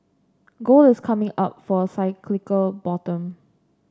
gold is coming up for a cyclical bottom